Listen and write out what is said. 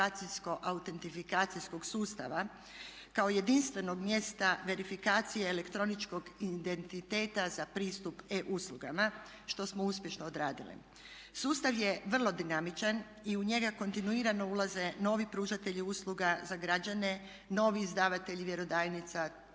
identifikacijsko-autentifikacijskog sustava kao jedinstvenog mjesta verifikacije elektroničkog identiteta za pristup e-uslugama što smo uspješno odradili. Sustav je vrlo dinamičan i u njega kontinuirano ulaze novi pružatelji usluga za građane, novi izdavatelji vjerodajnica